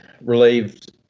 relieved